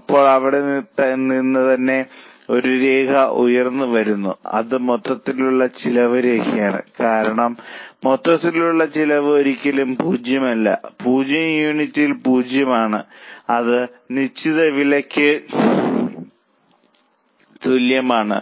അപ്പോൾ അവിടെ നിന്ന് തന്നെ ഒരു രേഖ ഉയർന്നുവരുന്നു അത് മൊത്തത്തിലുള്ള ചിലവ് രേഖയാണ് കാരണം മൊത്തത്തിലുള്ള ചെലവ് ഒരിക്കലും 0 അല്ല 0 യൂണിറ്റിൽ 0 ആണ് അത് നിശ്ചിത വിലയ്ക്ക് തുല്യമാണ്